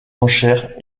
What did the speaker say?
enchères